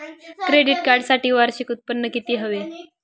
Credit कार्डसाठी वार्षिक उत्त्पन्न किती हवे?